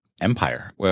empire